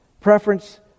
Preference